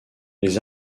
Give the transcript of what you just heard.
les